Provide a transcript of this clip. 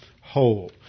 whole